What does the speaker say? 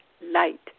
light